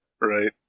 right